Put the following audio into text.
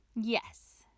Yes